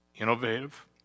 innovative